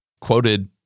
quoted